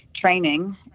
training